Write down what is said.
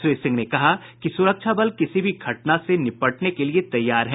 श्री सिंह ने कहा कि सुरक्षा बल किसी भी घटना से निपटने के लिये तैयार हैं